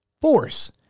Force